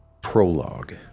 Prologue